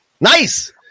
nice